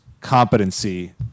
competency